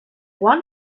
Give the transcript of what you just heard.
one